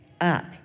up